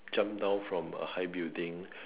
jump down from a high building